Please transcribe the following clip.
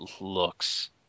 looks